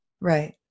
Right